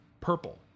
Purple